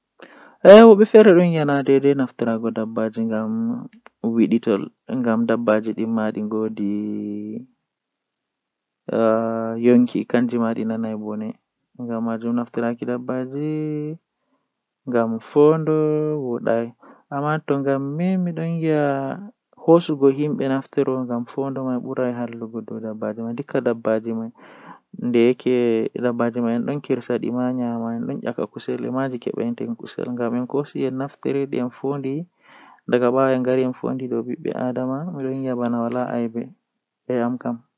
Taalel taalel jannata booyel, Woodi bingel feere don joodi haa nder suudu maako sei o laari nde o wailiti seo o laari dammugal feere kesum, Dammugal man bo waala no dum haa ton, Sei hunde man hilni mo masin o batti dammugal man nde o mabbiti sei o tawi dammugal man dum saare feere jei o andaa on.